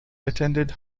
attended